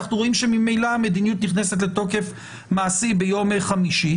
אנחנו רואים שממילא המדיניות נכנסת לתוקף מעשי ביום חמישי.